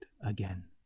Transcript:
again